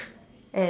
and